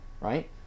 right